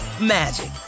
magic